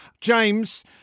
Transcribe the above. James